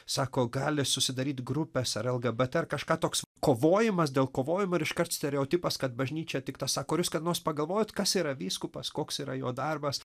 sako gali susidaryt grupės ar lgbt ar kažką toks kovojimas dėl kovojo ir iškart stereotipas kad bažnyčia tik tas sako ar jūs kada nors pagalvojot kas yra vyskupas koks yra jo darbas